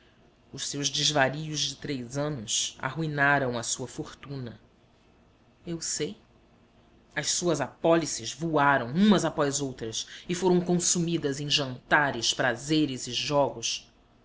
os seus desvarios de três anos arruinaram a sua fortuna eu o sei as suas apólices voaram umas após outras e foram consumidas em jantares prazeres e jogos